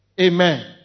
Amen